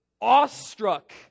awestruck